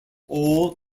all